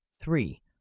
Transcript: Three